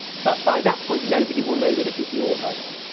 but by that point nobody will know that it was your vote.